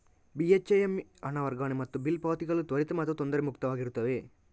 ಬಿ.ಹೆಚ್.ಐ.ಎಮ್ ಹಣ ವರ್ಗಾವಣೆ ಮತ್ತು ಬಿಲ್ ಪಾವತಿಗಳು ತ್ವರಿತ ಮತ್ತು ತೊಂದರೆ ಮುಕ್ತವಾಗಿರುತ್ತವೆ